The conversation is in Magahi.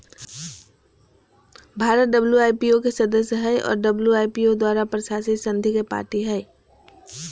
भारत डब्ल्यू.आई.पी.ओ के सदस्य हइ और डब्ल्यू.आई.पी.ओ द्वारा प्रशासित संधि के पार्टी हइ